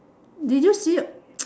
did you see